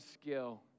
skill